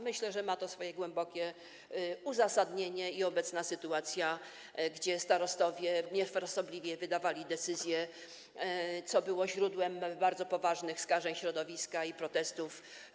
Myślę, że ma to głębokie uzasadnienie w obecnej sytuacji, gdy starostowie niefrasobliwie wydawali decyzje, co było źródłem bardzo poważnych skażeń środowiska i protestów.